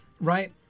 right